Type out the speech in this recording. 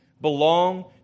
belong